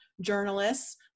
journalists